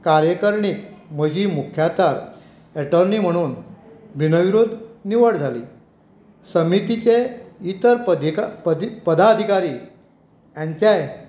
कार्यकरणींत म्हजी मुख्याता एटोर्नी म्हणून बिनविरोध निवड जाली समितीचे इतर पदी पदा पदाधिकारी हांचेय